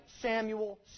Samuel